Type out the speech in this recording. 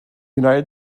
united